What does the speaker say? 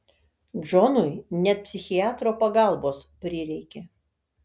džonui net psichiatro pagalbos prireikė